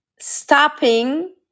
stopping